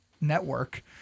network